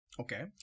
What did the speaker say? Okay